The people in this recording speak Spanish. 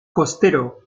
costero